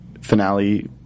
finale